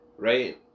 right